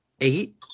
eight